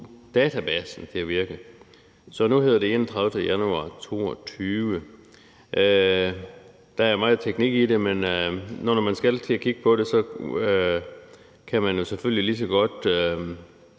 database til at virke. Så nu hedder det den 31. januar 2022. Der er meget teknik i det, men når man nu skal til at kigge på det, kan man selvfølgelig lige så godt